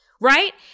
right